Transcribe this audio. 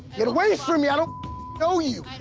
get away from me! i don't know you!